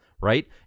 Right